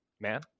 man